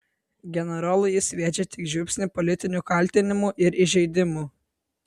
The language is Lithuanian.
generolui jis sviedžia tik žiupsnį politinių kaltinimų ir įžeidimų